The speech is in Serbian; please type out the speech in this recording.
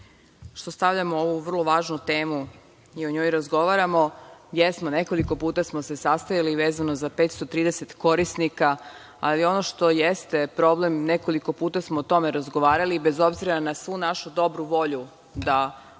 što stavljamo ovu vrlo važnu temu i o njoj razgovaramo. Jesmo nekoliko puta smo se sastajali i vezano za 530 korisnika, ali ono što jeste problem nekoliko puta smo o tome razgovarali i bez obzira na svu našu dobru volju da omogućimo,